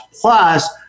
plus